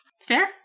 Fair